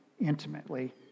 intimately